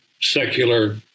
secular